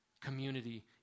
Community